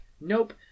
Nope